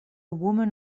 woman